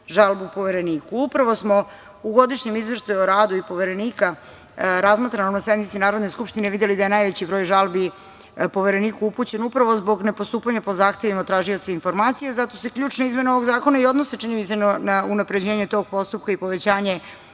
žalbu Povereniku. Upravo smo u Godišnjem izveštaju o radu i Poverenika, razmatranog na sednici Narodne skupštine, videli da je najveći broj žalbi Povereniku upućeno upravo zbog nepostupanja po zahtevima tražioca informacija. Zato se ključne izmene ovog zakona i odnose, čini mi se, na unapređenje tog postupka i povećanje